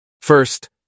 First